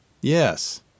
yes